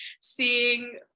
seeing